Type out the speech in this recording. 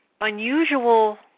unusual